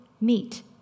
meet